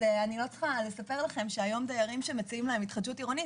אני לא צריכה לספר לכם שדיירים שמציעים להם היום התחדשות עירונית,